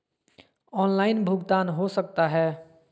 Online भुगतान हो सकता है?